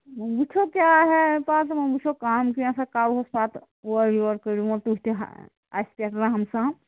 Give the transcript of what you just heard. وۅنۍ وُچھو کیٛاہ ہے پَتہ وۅنۍ وُچھو کَم کیٚنٛژھا کرُس پَتہٕ اورٕ یور کٔرۍہوٗس تُہۍ تہِ اَسہِ پیٚٹھ رَحم سان